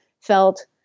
felt